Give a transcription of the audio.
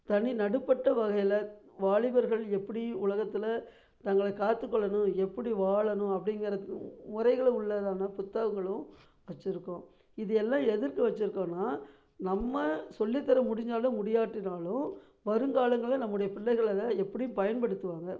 தனி நடுப்பட்ட வகையில் வாலிபர்கள் எப்படி உலகத்தில் தங்களை காத்துகொள்ளணும் எப்படி வாழணும் அப்படிங்கிற முறைகளை உள்ளதான புத்தகங்களும் வச்சுருக்கோம் இது எல்லா எதற்கு வச்சுருக்கோன்னா நம்ம சொல்லி தர முடிஞ்சாலும் முடியாட்டினாலும் வருங்காலங்களில் நம்முடைய பிள்ளைகள் அதை எப்படியும் பயன்படுத்துவாங்க